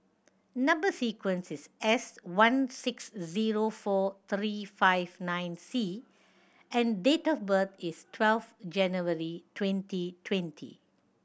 number sequence is S one six zero four three five nine C and date of birth is twelve January twenty twenty